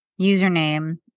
username